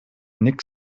nick